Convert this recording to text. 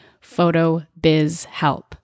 PHOTOBIZHELP